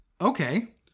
Okay